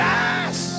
Yes